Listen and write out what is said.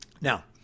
Now